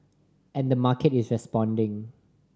and the market is responding